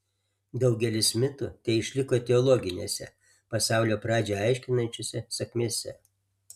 daugelis mitų teišliko etiologinėse pasaulio pradžią aiškinančiose sakmėse